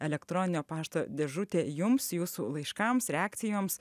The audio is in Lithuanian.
elektroninio pašto dėžutė jums jūsų laiškams reakcijoms